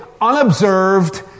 unobserved